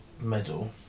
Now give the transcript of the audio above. medal